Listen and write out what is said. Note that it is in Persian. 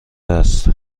است